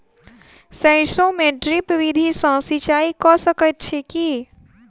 सैरसो मे ड्रिप विधि सँ सिंचाई कऽ सकैत छी की?